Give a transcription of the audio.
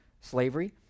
slavery